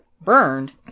burned